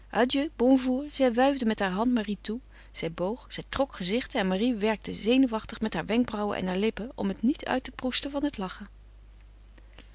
bonjour zij wuifde met haar hand marie toe zij boog zij trok gezichten en marie werkte zenuwachtig met haar wenkbrauwen en haar lippen om het niet uit te proesten van het lachen